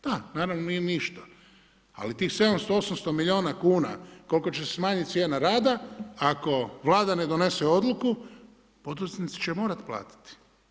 Da, naravno, nije ništa, ali tih 700, 800 milijuna kuna koliko će se smanjit cijena rada, ako vlada ne donese odluku, poduzetnici će morat platiti.